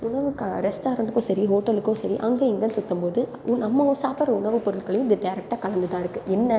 உணவுக்காக ரெஸ்டாரண்டுக்கும் சரி ஹோட்டலுக்கும் சரி அங்கே இங்கேன்னு சுற்றும் போது நம்ம சாப்பிட்ற உணவுப் பொருட்களையும் இது டைரக்டா கலந்து தான் இருக்குது என்ன